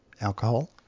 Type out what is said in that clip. alcohol